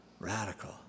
Radical